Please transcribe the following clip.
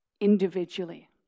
individually